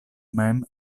mem